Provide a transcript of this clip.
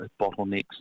bottlenecks